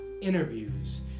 interviews